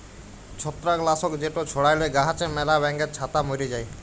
ছত্রাক লাসক যেট ছড়াইলে গাহাচে ম্যালা ব্যাঙের ছাতা ম্যরে যায়